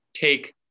take